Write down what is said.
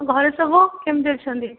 ଘରେ ସବୁ କେମିତି ଅଛନ୍ତି